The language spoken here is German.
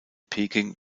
peking